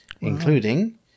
including